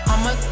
I'ma